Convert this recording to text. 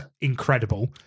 incredible